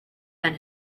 than